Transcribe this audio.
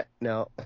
No